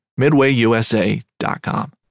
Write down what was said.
midwayusa.com